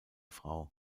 frau